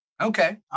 okay